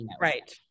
Right